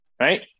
right